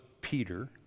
Peter